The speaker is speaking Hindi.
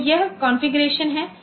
तो यह कॉन्फ़िगरेशन है